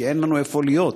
כי אין לה איפה להיות,